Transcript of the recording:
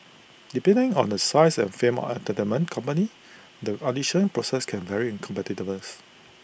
depending on the size and fame of entertainment company the audition process can vary in competitiveness